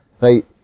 Right